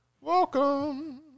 Welcome